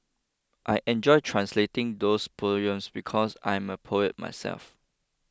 I enjoyed translating those poems because I am a poet myself